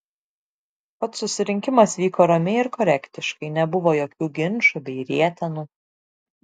pats susirinkimas vyko ramiai ir korektiškai nebuvo jokių ginčų bei rietenų